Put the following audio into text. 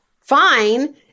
fine